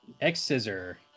X-Scissor